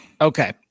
Okay